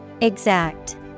Exact